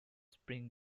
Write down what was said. spring